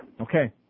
Okay